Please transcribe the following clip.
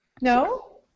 no